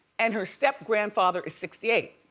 and her step-grandfather is sixty eight.